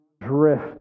drift